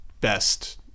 best